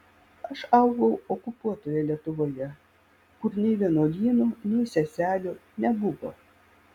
aš augau okupuotoje lietuvoje kur nei vienuolynų nei seselių nebuvo